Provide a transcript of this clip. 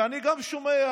ואני גם שומע,